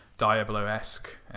Diablo-esque